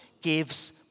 gives